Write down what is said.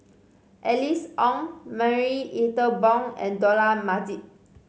Alice Ong Marie Ethel Bong and Dollah Majid